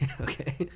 Okay